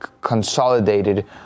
consolidated